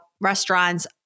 restaurants